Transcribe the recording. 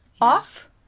off